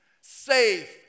safe